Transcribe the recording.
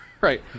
Right